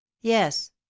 yes